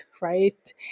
Right